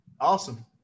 Awesome